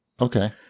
Okay